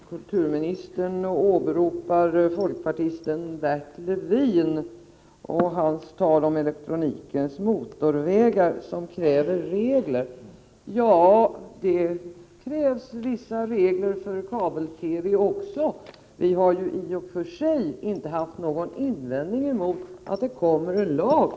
Herr talman! Kulturministern åberopar folkpartisten Bert Levins tal om elektronikens motorvägar som kräver regler. Ja, det krävs vissa regler för kabel-TV också. Vi har i och för sig inte haft någon invändning mot att det kommer en lag.